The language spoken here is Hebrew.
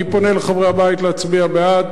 אני פונה לחברי הבית להצביע בעד.